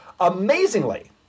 amazingly